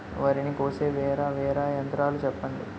వరి ని కోసే వేరా వేరా యంత్రాలు చెప్పండి?